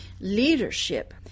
leadership